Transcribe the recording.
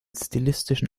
stilistischen